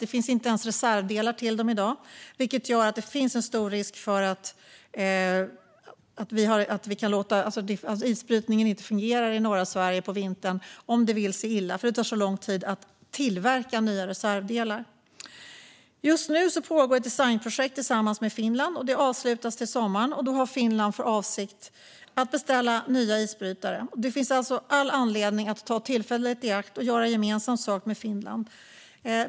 Det finns inte ens reservdelar till dem i dag, vilket om det vill sig illa gör att isbrytningen inte fungerar i norra Sverige på vintern för att det tar så lång tid att tillverka nya reservdelar. Just nu pågår ett designprojekt tillsammans med Finland. Det avslutas till sommaren, och då har Finland för avsikt att beställa nya isbrytare. Det finns alltså all anledning att ta tillfället i akt och göra gemensam sak med Finland.